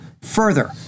Further